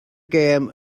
gêm